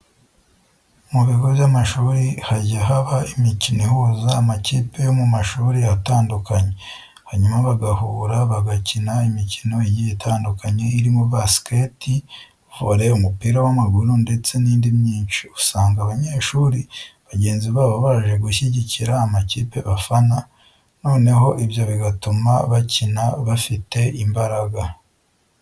Mu bigo by'amashuri hajya haba imikino ihuza amakipe yo mu mashuri atandukanye, hanyuma bagahura bagakina imikino igiye itandukanye irimo basikete, vore, umupira w'amaguru ndetse n'indi myinshi. Usanga abanyeshuri bagenzi babo baje gushyigikira amakipe bafana, noneho ibyo bigatuma bakina bafite imbaraga.